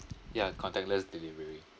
ya contactless delivery